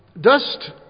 dust